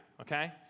okay